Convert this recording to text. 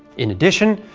in addition,